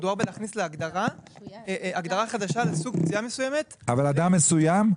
מדובר בלהכניס הגדרה חדשה לסוג פציעה מסוימת --- אבל אדם מסוים?